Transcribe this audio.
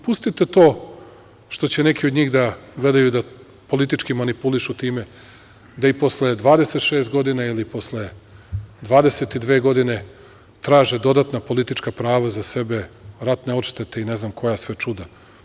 Pustite to što će neki od njih da gledaju da politički manipulišu time, da i posle 26 godina ili posle 22 godine traže dodatna politička prava za sebe, ratne odštete i ne znam koja sve čuda.